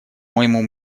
моему